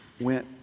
went